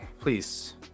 please